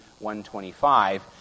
125